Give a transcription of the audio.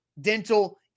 dental